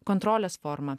kontrolės forma